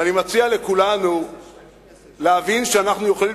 ואני מציע לכולנו להבין שאנחנו יכולים